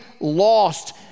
lost